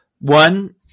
one